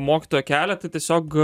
mokytojo kelią tai tiesiog